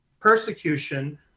persecution